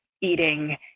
eating